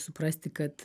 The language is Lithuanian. suprasti kad